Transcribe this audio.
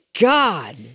God